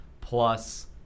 Plus